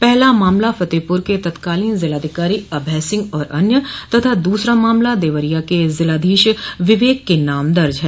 पहला मामला फतेहपुर के तत्कालीन जिलाधिकारी अभय सिंह और अन्य तथा दूसरा मामला देवरिया के जिलाधीश विवेक के नाम दर्ज है